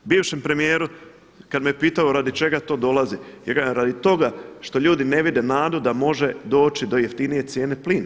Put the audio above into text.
Bivšem premijeru kad me pitao radi čega to dolazi, ja kažem radi toga što ljudi ne vide nadu da može doći do jeftinije cijene plina.